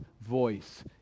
voice